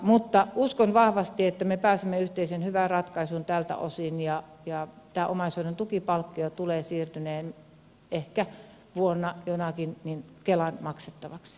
mutta uskon vahvasti että me pääsemme yhteiseen hyvään ratkaisuun tältä osin ja tämä omaishoidon tukipalkkio tulee siirtymään ehkä vuonna jonakin kelan maksettavaksi